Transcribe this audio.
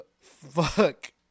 fuck